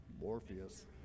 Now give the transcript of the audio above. Morpheus